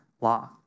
law